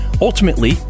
ultimately